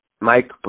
mike